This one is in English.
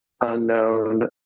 unknown